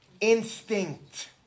Instinct